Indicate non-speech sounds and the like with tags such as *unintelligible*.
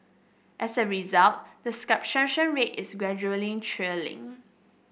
as a result the *unintelligible* rate is gradually trailing